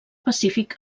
pacífic